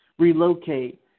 relocate